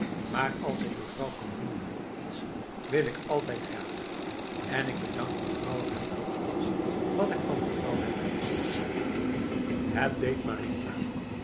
maar als ik mevrouw kan dienen met iets wil ik altijd graag en ik bedank mevrouw wel voor alles wat ik van mevrouw heb gekregenf het deed marie aan